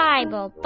Bible